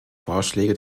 vorschläge